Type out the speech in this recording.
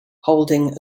holding